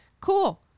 Cool